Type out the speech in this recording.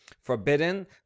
forbidden